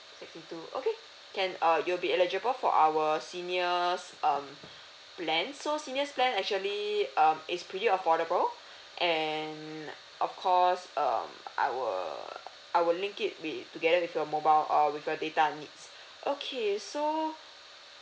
sixty two okay can uh you'll be eligible for our seniors um plan so seniors plan actually um it's pretty affordable and of course um I will I will link it be together with your mobile uh with your data needs okay so